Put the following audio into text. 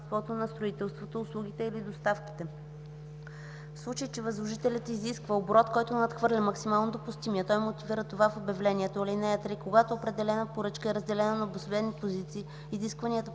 възложителят изисква оборот, който надхвърля максимално допустимия, той мотивира това в обявлението. (3) Когато определена поръчка е разделена на обособени позиции, изискването